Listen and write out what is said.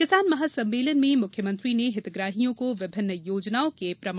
किसान महासम्मेलन में मुख्यमंत्री ने हितग्राहियों को विभिन्न योजनाओं के लाभ दिये